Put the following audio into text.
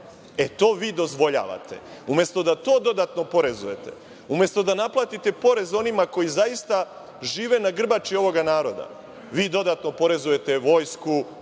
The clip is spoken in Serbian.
E, to vi dozvoljavate. Umesto da to dodatno oporezujete, umesto da naplatite porez onima koji zaista žive na grbači ovog naroda, vi dodatno oporezujete vojsku,